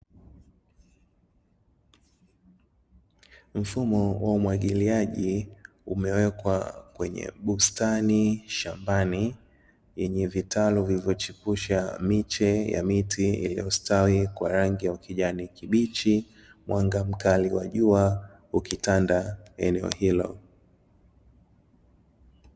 Mfumo wa umwagiliaji umewekwa kwenye bustani shambani, yenye vitaru vilivyochipua miche ya miti yenye ustawi kwa rangi ya kijani kibichi, mwanga mkali wa jua ukitanda eneo hilo.